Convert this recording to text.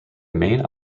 main